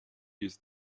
used